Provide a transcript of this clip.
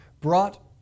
brought